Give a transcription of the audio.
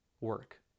work